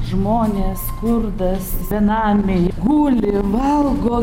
žmonės skurdas benamiai guli valgo